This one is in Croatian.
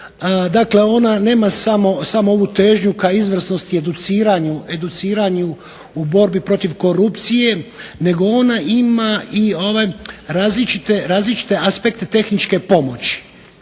dakle ona nema samo ovu težnju ka izvrsnosti i educiranju u borbi protiv korupcije nego ona ima i različite aspekte tehničke pomoći.